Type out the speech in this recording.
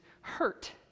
hurt